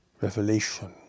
revelation